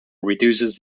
reduces